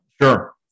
Sure